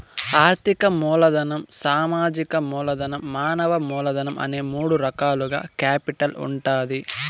ఆర్థిక మూలధనం, సామాజిక మూలధనం, మానవ మూలధనం అనే మూడు రకాలుగా కేపిటల్ ఉంటాది